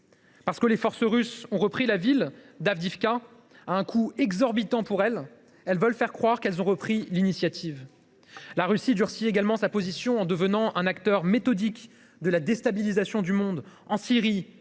Parce que les forces russes ont repris la ville d’Avdiïvka, à un coût exorbitant pour elles, elles veulent faire croire qu’elles ont repris l’initiative. La Russie durcit également sa position en devenant un acteur méthodique de la déstabilisation du monde, en Syrie,